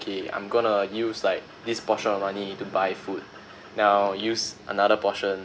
okay I'm gonna use like this portion of money to buy food then I'll use another portion